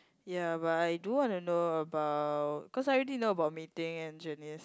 ya but I do want to know about cause I already know about Mei-Ting and Janice